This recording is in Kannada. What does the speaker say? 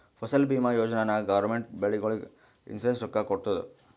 ಫಸಲ್ ಭೀಮಾ ಯೋಜನಾ ನಾಗ್ ಗೌರ್ಮೆಂಟ್ ಬೆಳಿಗೊಳಿಗ್ ಇನ್ಸೂರೆನ್ಸ್ ರೊಕ್ಕಾ ಕೊಡ್ತುದ್